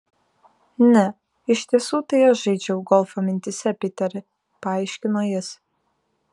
ne iš tiesų tai aš žaidžiau golfą mintyse piteri paaiškino jis